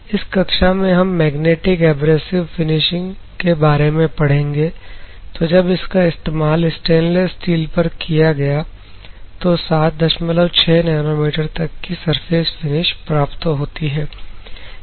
इस कक्षा में हम मैग्नेटिक एब्रेसिव फिनिशिंग के बारे में पढ़ेंगे तो जब इसका इस्तेमाल स्टेनलेस स्टील पर किया गया तो 76 नैनोमीटर तक कि सरफेस फिनिश प्राप्त होती है